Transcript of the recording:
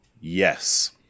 Yes